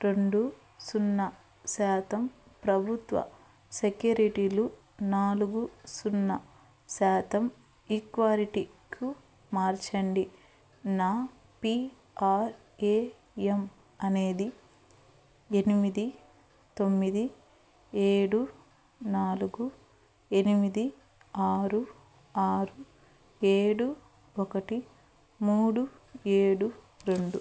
రెండు సున్నా శాతం ప్రభుత్వ సెక్యూరిటీలు నాలుగు సున్నా శాతం ఈక్వాలిటీకు మార్చండి నా పీ ఆర్ ఏ ఎం అనేది ఎనిమిది తొమ్మిది ఏడు నాలుగు ఎనిమిది ఆరు ఆరు ఏడు ఒకటి మూడు ఏడు రెండు